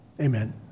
Amen